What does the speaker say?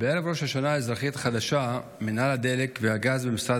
בערב ראש השנה האזרחית החדשה מינהל הדלק והגז במשרד